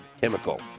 chemical